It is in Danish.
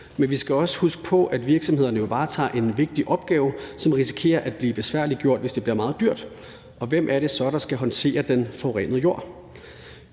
men vi skal også huske på, at virksomhederne jo varetager en vigtig opgave, som risikerer at blive besværliggjort, hvis det bliver meget dyrt. Og hvem er det så, der skal håndtere den forurenede jord?